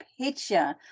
picture